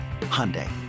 Hyundai